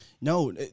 No